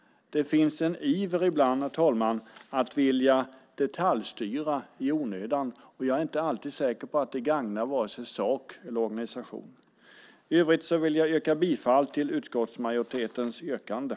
Det finns ibland en iver, herr talman, att vilja detaljstyra i onödan. Jag är inte alltid säker på att det gagnar vare sig sak eller organisation. I övrigt yrkar jag bifall till utskottsmajoritetens förslag.